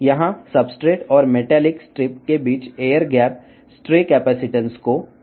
ఇక్కడ ఉపరితలం మరియు లోహపు స్ట్రిప్స్ మధ్య గాలి అంతరం స్ట్రె కెపాసిటన్స్ ని తగ్గిస్తుంది